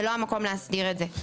זה לא המקום להסדיר את זה.